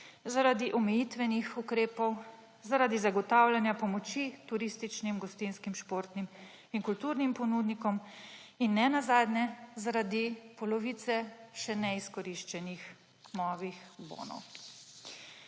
zaradi omejitvenih ukrepov, zaradi zagotavljanja pomoči turističnim, gostinskim, športnim in kulturnim ponudnikom in nenazadnje zaradi polovice še ne izkoriščenih novih bonov.